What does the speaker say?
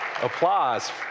Applause